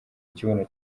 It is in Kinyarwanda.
ikibuno